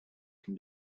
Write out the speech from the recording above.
can